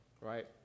Right